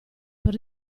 per